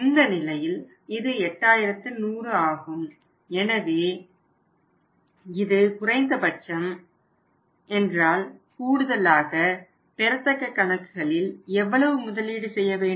இந்த நிலையில் இது 8100 ஆகும் எனவே இது குறைந்த பட்சம் என்றால் கூடுதலாக பெறத்தக்க கணக்குகளில் எவ்வளவு முதலீடு செய்ய வேண்டும்